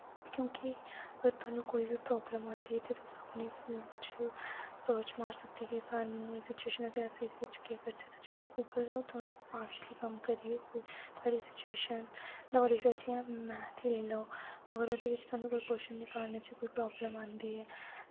क्युंकी अगर थोआनु कोई बी प्राब्लम आंदी ऐ ते तुस अपने फोन च सर्च मार सकदे ओ की सानु एह् सिचुएशन ऐ ते अस एह्दे च केह् करचै जेह्ड़ा गूगल ऐ ओह् थोह्ड़ी फास्टली कम्म करियै थोआड़ी सिचुएशन ओह्दे कोला जियां मैथ लेई लाओ अगर ओह्दे च थोआनु कोई कुआशन निकालने च कोई प्राब्लम आंदी ऐ